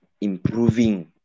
improving